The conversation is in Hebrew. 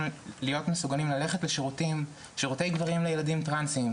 להיות מסוגלים ללכת לשירותי גברים לילדים טרנסים,